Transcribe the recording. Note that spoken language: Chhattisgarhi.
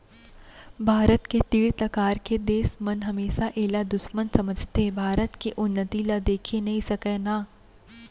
भारत के तीर तखार के देस मन हमेसा एला दुस्मन समझथें भारत के उन्नति ल देखे नइ सकय ना